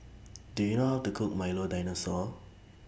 Do YOU know How to Cook Milo Dinosaur